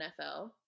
NFL